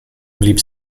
blieb